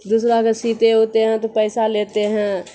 دوسرا کے سیتے اوتے ہیں تو پیسہ لیتے ہیں